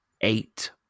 eight